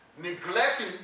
neglecting